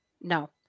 no